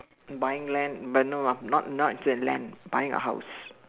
buying land but no ah not not uh land buying a house